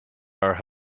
our